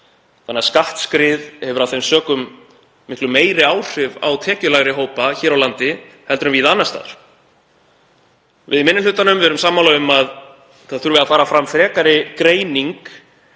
þannig að skattskrið hefur af þeim sökum miklu meiri áhrif á tekjulægri hópa hér á landi en víða annars staðar. Við í minni hlutanum erum sammála um að fram þurfi að fara frekari greining